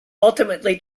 ultimately